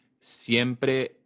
siempre